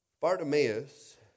Bartimaeus